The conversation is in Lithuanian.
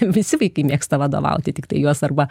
visi vaikai mėgsta vadovauti tiktai juos arba